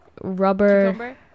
rubber